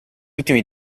ultimi